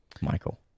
Michael